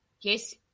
Yes